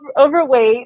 overweight